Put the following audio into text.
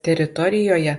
teritorijoje